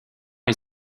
est